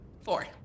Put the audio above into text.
Four